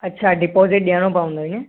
अच्छा डिपोजिट ॾियणो पवंदो ईअं